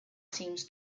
seems